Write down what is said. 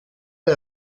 les